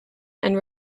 and